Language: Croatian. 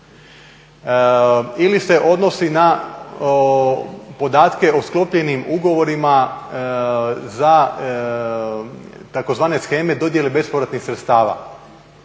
ili se odnosi na podatke o sklopljenim ugovorima za tzv. sheme dodjele bespovratnih sredstava.